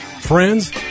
Friends